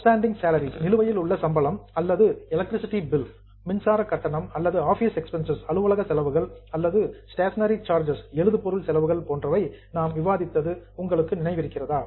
outstanding salaries நிலுவையில் உள்ள சம்பளம் அல்லது எலக்ட்ரிசிட்டி பில் மின்சார கட்டணம் அல்லது ஆபீஸ் எக்ஸ்பென்ஸ் அலுவலக செலவுகள் அல்லது ஸ்டேஷனரி சார்ஜஸ் எழுதுபொருள் செலவுகள் போன்றவற்றை நாம் விவாதித்தது உங்களுக்கு நினைவிருக்கிறதா